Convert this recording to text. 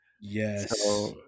Yes